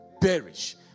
perish